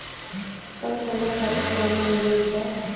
कम समय खातिर कौनो निवेश बा?